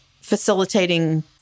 facilitating